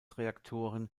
reaktoren